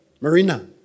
Marina